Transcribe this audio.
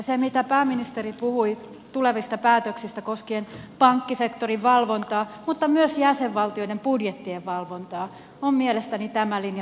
se mitä pääministeri puhui tulevista päätöksistä koskien pankkisektorin valvontaa mutta myös jäsenvaltioiden budjettien valvontaa on mielestäni tämän linjan mukaista